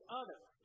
others